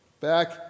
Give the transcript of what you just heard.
Back